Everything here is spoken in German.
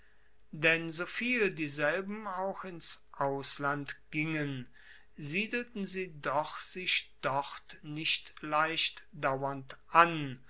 denn soviel dieselben auch ins ausland gingen siedelten sie doch sich dort nicht leicht dauernd an